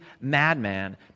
madman